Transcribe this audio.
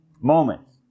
moments